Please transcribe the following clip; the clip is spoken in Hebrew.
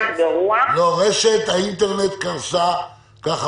"תימסר בתוך 24 שעות מהמועד שבו חבר הכנסת המכהן כשר או כסגן שר